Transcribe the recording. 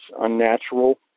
unnatural